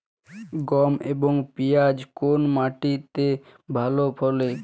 গম এবং পিয়াজ কোন মাটি তে ভালো ফলে?